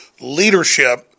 leadership